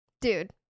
Dude